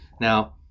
Now